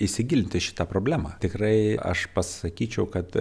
įsigilinti į šitą problemą tikrai aš pasakyčiau kad